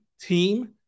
team